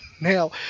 now